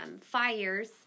fires